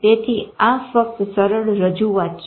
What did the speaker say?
તેથી આ ફક્ત સરળ રજૂઆત છે